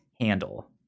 handle